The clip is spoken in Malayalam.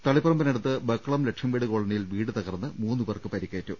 തളിപ്പറമ്പിനടുത്ത് ബക്കളം ലക്ഷംവീട് കോളനിയിൽ വീട്ട് തകർന്ന് മൂന്നുപേർക്ക് പരിക്കേറ്റു